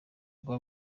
rwa